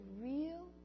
real